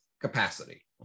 capacity